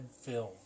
film